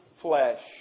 flesh